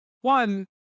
one